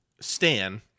Stan